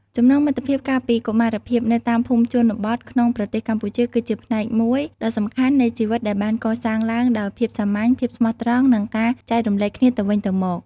ចំណងមិត្តភាពកាលពីកុមារភាពនៅតាមភូមិជនបទក្នុងប្រទេសកម្ពុជា គឺជាផ្នែកមួយដ៏សំខាន់នៃជីវិត ដែលបានកសាងឡើងដោយភាពសាមញ្ញ ភាពស្មោះត្រង់ និងការចែករំលែកគ្នាទៅវិញទៅមក។